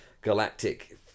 galactic